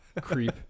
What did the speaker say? Creep